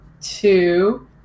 two